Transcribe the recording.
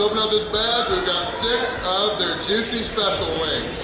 you know this bag. we've got six of their juicy special